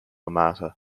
mater